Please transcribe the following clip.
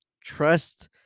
trust